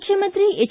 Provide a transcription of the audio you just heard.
ಮುಖ್ಯಮಂತ್ರಿ ಎಚ್